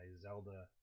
Zelda